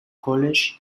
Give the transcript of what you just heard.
college